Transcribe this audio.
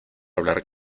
hablar